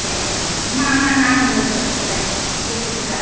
ए मा मा ना मोनबोखो बिसोर लाय बेसे बुरजा